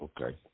Okay